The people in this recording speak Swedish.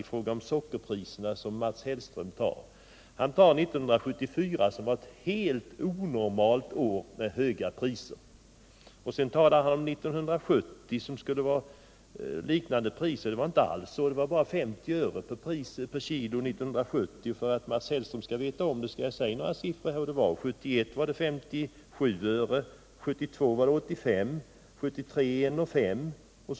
Han använde bl.a. 1974 års siffror, men 1974 var ett helt onormalt år med mycket höga priser. Han tog också upp priserna för 1970 och sade att det då var liknande priser, men det stämmer inte alls. Priset var bara 50 öre per kg 1970. Jag vill gärna ge Mats Hellström några siffror i det här sammanhanget: 1971 var priset 57 öre, 1972 var det 85 öre och 1973 var det 1:05 kr.